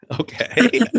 Okay